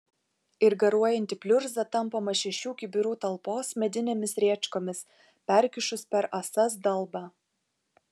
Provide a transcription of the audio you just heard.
ir garuojanti pliurza tampoma šešių kibirų talpos medinėmis rėčkomis perkišus per ąsas dalbą